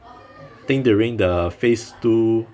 think during the phase two